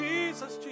Jesus